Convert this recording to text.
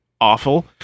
awful